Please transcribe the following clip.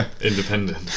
independent